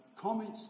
comments